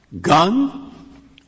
Gun